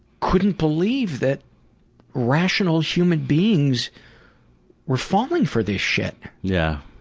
couldn't believe that rational human beings were falling for this shit. yeah